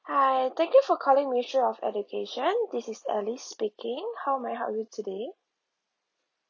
hi thank you for calling ministry of education this is alice speaking how may I help you today